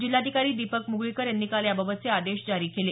जिल्हाधिकारी दीपक मुगळीकर यांनी काल याबाबतचे आदेश जारी केले